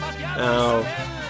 Now